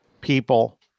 people